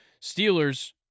Steelers